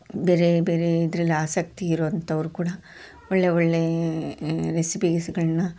ಬೇರೆ ಬೇರೆ ಇದರಲ್ಲಿ ಆಸಕ್ತಿ ಇರುವಂಥವ್ರು ಕೂಡ ಒಳ್ಳೆಯ ಒಳ್ಳೆಯ ರೆಸಿಪೀಸ್ಗಳನ್ನ